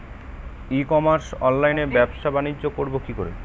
ই commerce অনলাইনে ব্যবসা বানিজ্য করব কি করে?